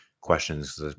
questions